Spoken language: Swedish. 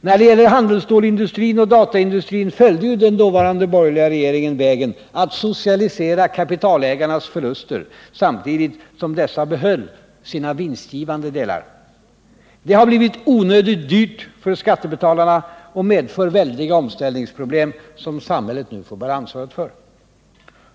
När det gäller handelsstålindustrin och dataindustrin följde ju den borgerliga regeringen vägen att socialisera kapitalägarnas förluster, samtidigt som dessa behöll de vinstgivande delarna. Det har blivit onödigt dyrt för skattebetalarna och medför väldiga omställningsproblem som samhället nu får bära ansvaret för.